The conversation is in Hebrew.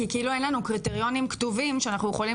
כי כאילו אין לנו קריטריונים כתובים שאנחנו יכולים